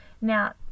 Now